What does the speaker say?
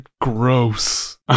gross